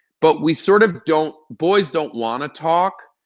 but we sort of don't boys don't want ah talk,